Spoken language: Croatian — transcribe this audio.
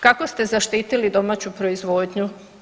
Kako ste zaštitili domaću proizvodnju?